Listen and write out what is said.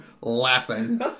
laughing